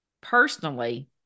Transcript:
personally